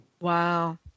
Wow